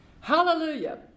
Hallelujah